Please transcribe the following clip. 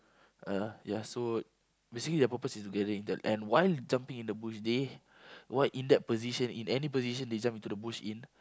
uh ya so basically their purpose is gathering that and while jumping in the bush they were in that position in any position they jump into the bush in